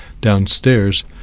downstairs